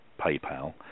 PayPal